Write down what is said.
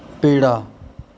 ਪੇੜਾ